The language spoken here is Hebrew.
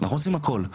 אנחנו עושים הכול.